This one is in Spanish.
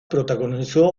protagonizó